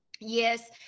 yes